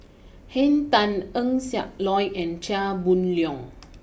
Henn Tan Eng Siak Loy and Chia Boon Leong